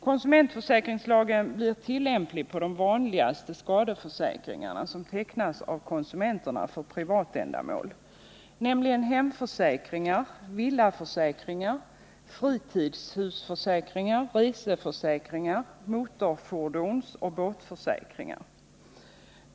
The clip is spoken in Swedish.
Konsumentförsäkringslagen blir tillämplig på de vanligaste skadeförsäkringarna, som tecknas av konsumenterna för privatändamål, nämligen hemförsäkringar, villaförsäkringar, fritidshusförsäkringar, reseförsäkringar, motorfordonsoch båtförsäkringar.